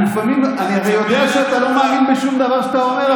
אני הרי יודע שאתה לא מאמין בשום דבר שאתה אומר,